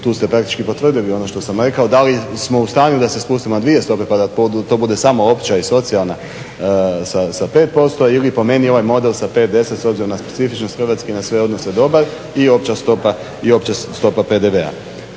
tu ste praktički potvrdili ono sam rekao da li smo u stanju da se spustimo na dvije stope pa da to bude samo opća i socijalna sa 5% ili po meni ovaj model sa 5, 10 s obzirom na specifičnost Hrvatske i na sve odnose dobar i opća stopa PDV-a.